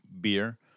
beer